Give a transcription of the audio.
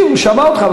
הוא שמע אותך,